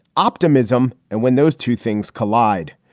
optimism and when those two things collide.